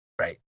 right